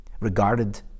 regarded